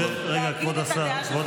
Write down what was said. תודה רבה, כבוד השר.